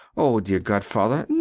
oh dear godfather,